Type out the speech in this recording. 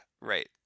right